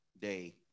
day